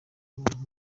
mibonano